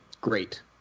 Great